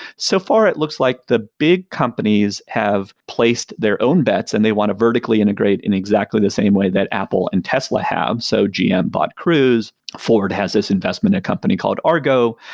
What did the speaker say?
so far, it looks like the big companies have placed their own bets and they want to vertically integrate in exactly the same way that apple and tesla have. so gm bought cruise, ford has this investment in a company called argo,